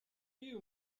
you